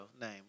name